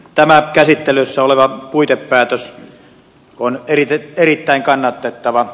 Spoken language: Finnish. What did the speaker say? tämä käsittelyssä oleva puitepäätös on erittäin kannatettava